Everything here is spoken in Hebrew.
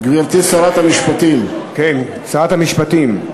גברתי שרת המשפטים, כן, שרת המשפטים.